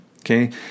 Okay